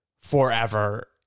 forever